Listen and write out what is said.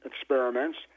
experiments